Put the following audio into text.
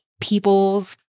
people's